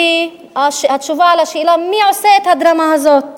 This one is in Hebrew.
היא התשובה על השאלה מי עושה את הדרמה הזאת.